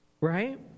right